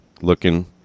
looking